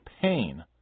pain